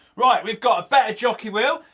right, we've got a better jockey wheel,